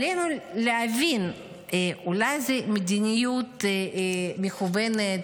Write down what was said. עלינו להבין, אולי זאת מדיניות מכוונת,